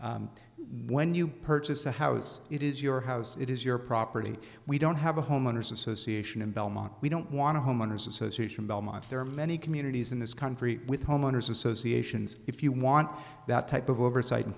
when you purchase a house it is your house it is your property we don't have a homeowner's association and belmont we don't want a homeowner's association belmont's there are many communities in this country with homeowners associations if you want that type of oversight and